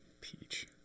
Peach